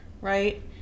right